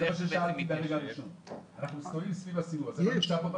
אנחנו מסתובבים סביב עצמנו.